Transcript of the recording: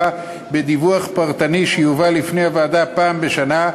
בדיווח פרטני שיובא לפני הוועדה פעם בשנה,